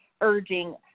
urging